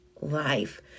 life